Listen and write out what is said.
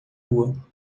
rua